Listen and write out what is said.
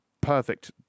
perfect